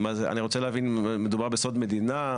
אני רוצה להבין אם מדובר בסוד מדינה?